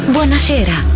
Buonasera